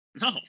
no